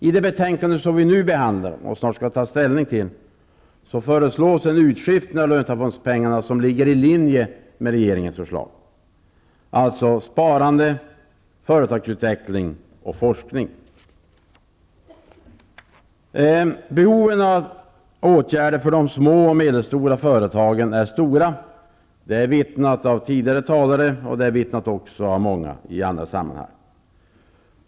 I det betänkande som vi nu behandlar och skall ta ställning till föreslås en utskiftning av löntagarfondspengarna som ligger i linje med regeringens förslag, alltså sparande, företagsutveckling och forskning. Behoven av åtgärder för de små och medelstora företagen är stora. Det är omvittnat av tidigare talare och också i många andra sammanhang.